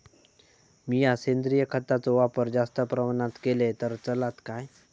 मीया सेंद्रिय खताचो वापर जास्त प्रमाणात केलय तर चलात काय?